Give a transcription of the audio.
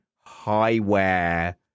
high-wear